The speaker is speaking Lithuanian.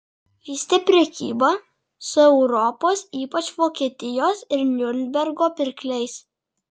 vystė prekybą su europos ypač vokietijos ir niurnbergo pirkliais